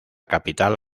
capital